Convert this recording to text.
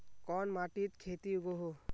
कोन माटित खेती उगोहो?